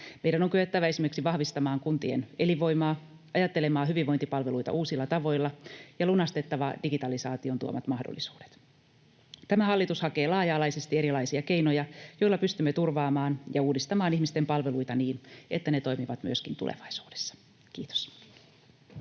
Meidän on kyettävä esimerkiksi vahvistamaan kuntien elinvoimaa, ajattelemaan hyvinvointipalveluita uusilla tavoilla ja lunastettava digitalisaation tuomat mahdollisuudet. Tämä hallitus hakee laaja-alaisesti erilaisia keinoja, joilla pystymme turvaamaan ja uudistamaan ihmisten palveluita niin, että ne toimivat myöskin tulevaisuudessa. — Kiitos.